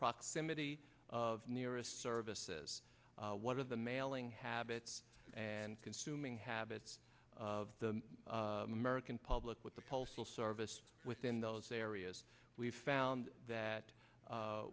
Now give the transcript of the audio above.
proximity of nearest services what are the mailing habits and consuming habits of the american public with the postal service within those areas we've found that